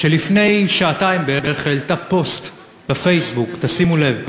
שלפני בערך שעתיים העלתה פוסט לפייסבוק, תשימו לב: